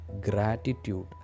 gratitude